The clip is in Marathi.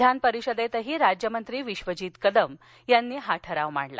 विधानपरिषदेतही राज्यमंत्री विश्वजित कदम यांनी हा ठराव मांडला